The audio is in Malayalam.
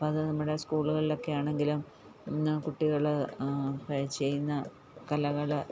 അപ്പം അത് നമ്മുടെ സ്കൂളുകളിലൊക്കെയാണങ്കിലും ഇന്ന് കുട്ടികൾ ഒക്കെ ചെയ്യുന്ന കലകൾ